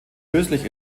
löslich